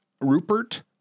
Rupert